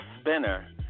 Spinner